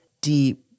deep